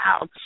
wow